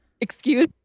Excuse